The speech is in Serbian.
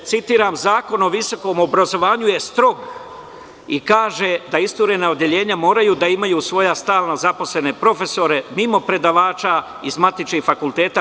Citiram Zakon o visokom obrazovanju je strog i kaže da isturena odeljenja moraju da imaju svoje stalno zaposlene profesore mimo predavača iz matičnih fakulteta.